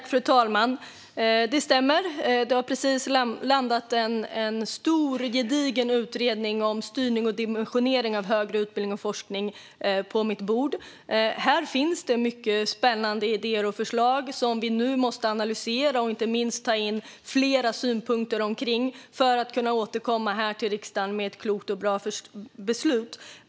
Fru talman! Det stämmer. Det har på mitt bord precis landat en stor och gedigen utredning om styrning och dimensionering av högre utbildning och forskning. Här finns mycket spännande idéer och förslag som vi nu måste analysera och inte minst ta in fler synpunkter på för att kunna återkomma till riksdagen med ett klokt och bra förslag till beslut.